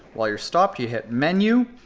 while you're stopped, you hit menu,